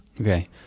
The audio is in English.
Okay